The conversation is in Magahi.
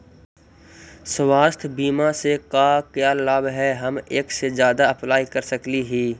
स्वास्थ्य बीमा से का क्या लाभ है हम एक से जादा अप्लाई कर सकली ही?